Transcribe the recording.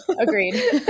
Agreed